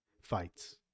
fights